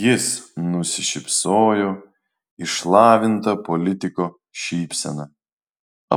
jis nusišypsojo išlavinta politiko šypsena